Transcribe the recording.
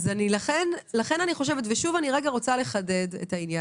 אני רוצה לחדד את העניין.